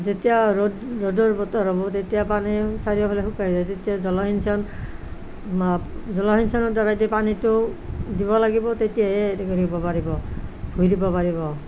যেতিয়া ৰ'দ ৰ'দৰ বতৰ হ'ব তেতিয়া পানীও চাৰিওফালে শুকাই যায় তেতিয়া জলসিঞ্চন জলসিঞ্চনৰ দ্বাৰাইদি পানীটো দিব লাগিব তেতিয়াহে হেৰি কৰিব পাৰিব ভূঁই ৰুব পাৰিব